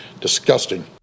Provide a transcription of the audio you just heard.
disgusting